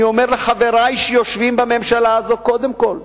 אני אומר לחברי שיושבים בממשלה הזו: קודם כול,